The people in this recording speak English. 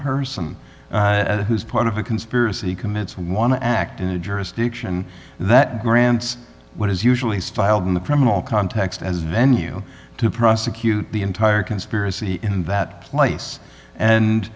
person who's part of a conspiracy commits want to act in a jurisdiction that grants what is usually styled in the criminal context as venue to prosecute the entire conspiracy in that place and